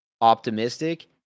optimistic